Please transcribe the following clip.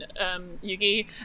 yugi